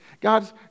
God's